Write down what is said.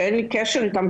שאין לי קשר איתן,